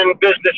business